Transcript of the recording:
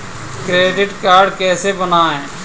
Credit card कैसे बनवाएँ?